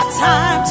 time